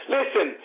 Listen